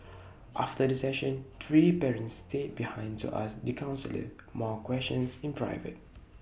after the session three parents stayed behind to ask the counsellor more questions in private